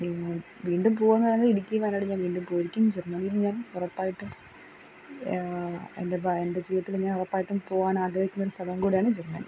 പിന്നെ വീണ്ടും പോവാന്ന് പറയുന്നത് ഇടുക്കി വയനാട് ഞാൻ വീണ്ടും പോയിരിക്കും ജെർമ്മനിയില് ഞാൻ ഉറപ്പായിട്ടും എൻ്റെ ജീവിതത്തില് ഉറപ്പായിട്ടും പോകാനാഗ്രഹിക്കുന്നൊരു സ്ഥലംകൂടെയാണ് ജെർമ്മനി